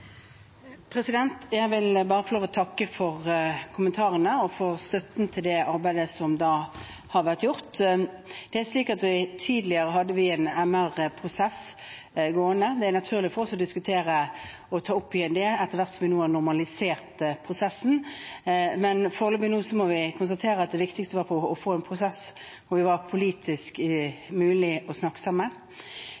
Jeg vil takke for kommentarene og støtten til det arbeidet som er gjort. Tidligere hadde vi en MR-prosess gående. Det er naturlig for oss å diskutere og ta den opp igjen etter hvert som vi nå har normalisert prosessen, men foreløpig må vi konstatere at det viktigste var å få en prosess hvor det var politisk